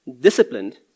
disciplined